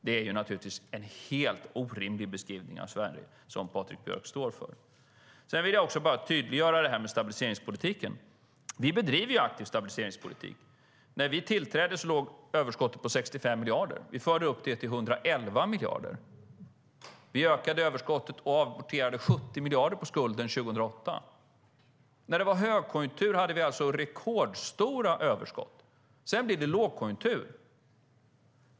Det är naturligtvis en helt orimlig beskrivning av Sverige som Patrik Björck står för. När det gäller stabiliseringspolitiken vill jag också tydliggöra att vi bedriver aktiv stabiliseringspolitik. När vi tillträdde låg överskottet på 65 miljarder. Vi förde upp det till 111 miljarder. Vi ökade överskottet och amorterade 70 miljarder på skulden 2008. När det var högkonjunktur hade vi alltså rekordstora överskott. Sedan blev det lågkonjunktur.